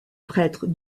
prêtre